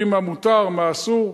יודעים מה מותר, מה אסור.